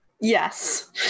Yes